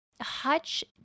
Hutch